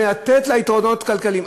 ולתת לה יתרונות כלכליים.